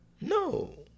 No